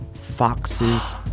foxes